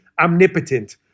omnipotent